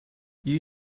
you